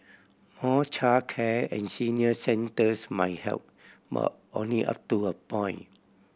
more childcare and senior centres might help but only up to a point